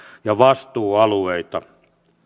ja vastuualueita